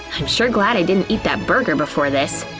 i'm sure glad i didn't eat that burger before this!